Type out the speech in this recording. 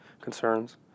concerns